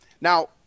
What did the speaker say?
Now